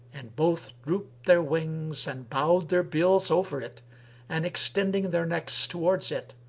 and both drooped their wings and bowed their bills over it and, extending their necks towards it,